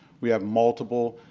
we have multiple,